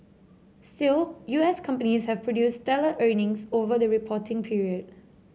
still U S companies have produced stellar earnings over the reporting period